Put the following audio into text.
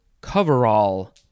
coverall